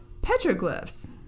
petroglyphs